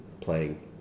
playing